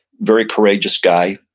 very courageous guy.